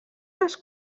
les